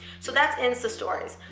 so that's instastories.